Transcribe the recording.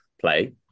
play